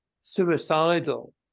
suicidal